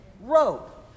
rope